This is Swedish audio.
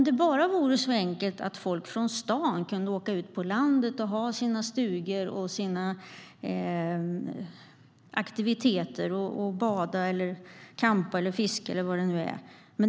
Det är inte så enkelt att folk från stan bara kan åka ut på landet och ha sina stugor och sina aktiviteter - bada, campa, fiska eller vad det nu är.